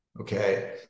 okay